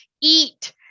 eat